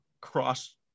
cross